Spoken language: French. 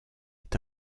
est